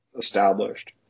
established